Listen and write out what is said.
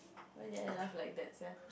why did I laugh like that sia